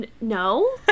No